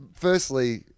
Firstly